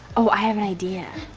oh, i have an idea,